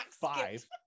five